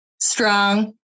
Strong